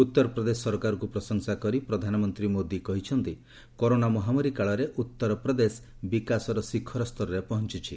ଉତ୍ତର ପ୍ରଦେଶ ସରକାରଙ୍କୁ ପ୍ରଶଂସା କରି ପ୍ରଧାନମନ୍ତ୍ରୀ କହିଛନ୍ତି କରୋନା ମହାମାରୀ କାଳରେ ଉତ୍ତର ପ୍ରଦେଶ ବିକାଶର ଶିଖର ସ୍ତରରେ ପହଞ୍ଚୁଛି